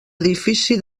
edifici